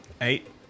Eight